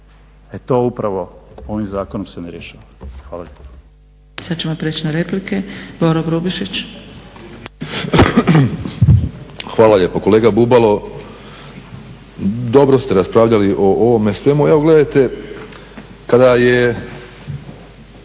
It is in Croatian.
E to upravo ovim zakonom se ne rješava. Hvala lijepa.